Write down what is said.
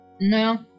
No